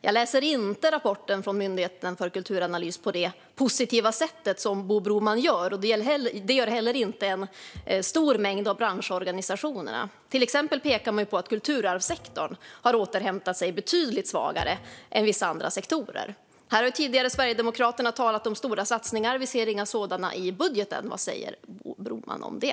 Jag läser inte rapporten från Myndigheten för kulturanalys på det positiva sätt som Bo Broman gör. Det gör inte heller en stor mängd av branschorganisationerna. Till exempel pekar man på att kulturarvssektorn har återhämtat sig betydligt svagare än vissa andra sektorer. Här har Sverigedemokraterna tidigare talat om stora satsningar. Vi ser inga sådana i budgeten. Vad säger Bo Broman om det?